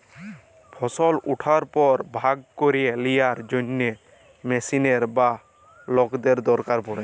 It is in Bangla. ফসল উঠার পর ভাগ ক্যইরে লিয়ার জ্যনহে মেশিলের বা লকদের দরকার পড়ে